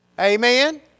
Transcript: Amen